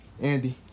Andy